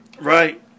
Right